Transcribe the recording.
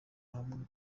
hamwe